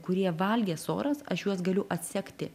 kurie valgė soras aš juos galiu atsekti